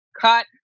cut